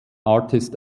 artist